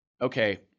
Okay